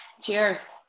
Cheers